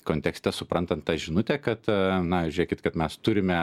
kontekste suprantant tą žinutę kad na kad mes turime